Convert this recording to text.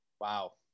Wow